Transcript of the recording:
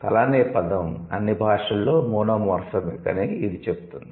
తల అనే పదం అన్ని భాషలలో మోనోమోర్ఫెమిక్ అని ఇది చెబుతుంది